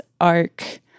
arc